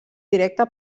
directe